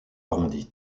arrondis